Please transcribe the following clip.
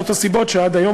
זאת הסיבה שעד היום,